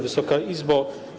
Wysoka Izbo!